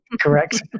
correct